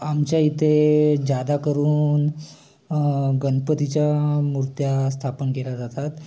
आमच्या इथे जादा करून गणपतीच्या मूर्त्या स्थापन केल्या जातात